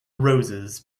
roses